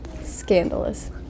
scandalous